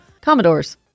Commodores